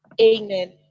amen